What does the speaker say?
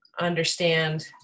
understand